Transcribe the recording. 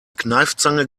kneifzange